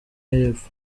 y’epfo